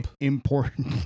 important